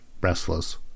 restless